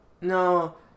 no